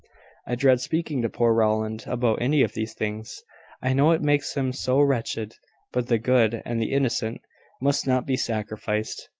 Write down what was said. i dread speaking to poor rowland about any of these things i know it makes him so wretched but the good and the innocent must not be sacrificed.